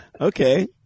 Okay